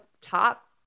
top